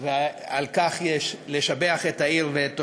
ועל כך יש לשבח את העיר ואת תושביה.